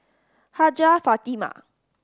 Hajjah Fatimah